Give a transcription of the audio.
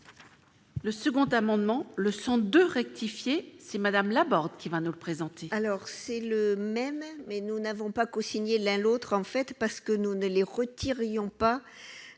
Le second amendement le sang de rectifier si Madame Laborde, qui va nous présent. Alors c'est le même, mais nous n'avons pas cosigné l'un l'autre, en fait, parce que nous ne les retirions pas